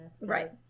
Right